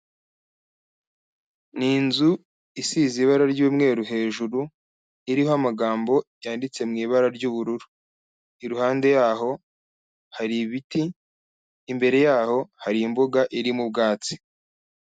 Ni inzu isize ibara ry'umweru hejuru, iriho amagambo yanditse mu ibara ry'ubururu, iruhande yaho hari ibiti, imbere yaho hari imbuga irimo ubwatsi.